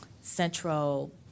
central